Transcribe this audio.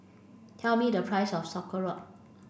tell me the price of Sauerkraut